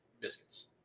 biscuits